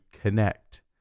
connect